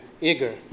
eager